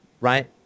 right